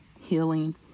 healing